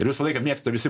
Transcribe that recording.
ir visą laiką mėgsta visi